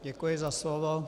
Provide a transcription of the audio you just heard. Děkuji za slovo.